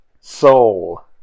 Soul